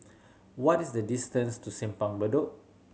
what is the distance to Simpang Bedok